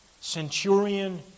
centurion